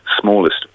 smallest